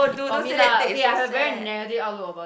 for me lah okay I've a very negative outlook about it